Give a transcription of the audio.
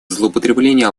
злоупотребление